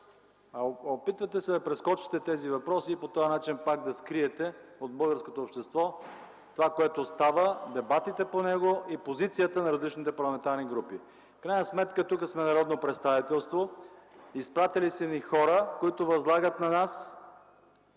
Опитвате се да прескочите тези въпроси и по този начин пак да скриете от българското общество това, което става, дебатите по него и позициите на различните парламентарни групи. В крайна сметка тук сме народно представителство, изпратили са ни хора, които възлагат на нас